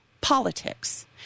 politics